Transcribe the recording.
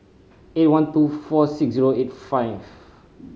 eight one two four six zero eight five